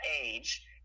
age